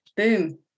boom